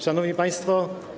Szanowni Państwo!